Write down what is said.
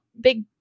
big